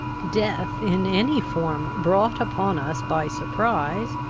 death in any form brought upon us by surprise,